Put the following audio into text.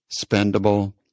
spendable